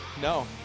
No